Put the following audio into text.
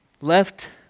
Left